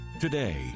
Today